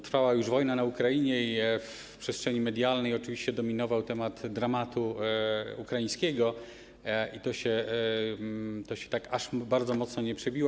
Trwała już wojna na Ukrainie i w przestrzeni medialnej oczywiście dominował temat dramatu ukraińskiego, więc to się aż tak bardzo mocno nie przebiło.